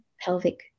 pelvic